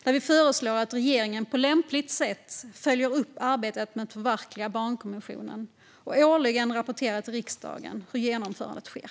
Där föreslår vi att regeringen på lämpligt sätt följer upp arbetet med att förverkliga barnkonventionen och årligen rapporterar till riksdagen hur genomförandet sker.